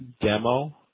demo